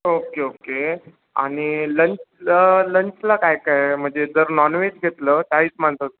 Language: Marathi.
ओके ओके आणि लंच लंचला काय काय म्हणजे जर नॉनव्हेज घेतलं चाळीस माणसा